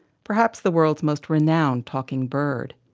perhaps the world's most renowned talking bird.